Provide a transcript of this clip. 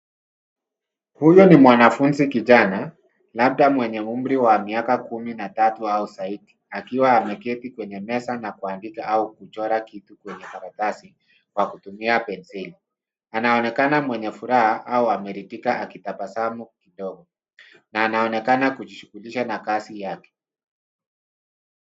Huyo ni mwanafunzi kijana labda mwenye umri wa miaka kumi na tatu au zaidi akiwa ameketi kwenye meza na kuandika au kuchora kitu kwenye karatasi kwa kutumia penseli. Anaonekana mwenye furaha au ameridhika hakitabasamu kidogo na anaonekana kujishughulisha na kazi yake.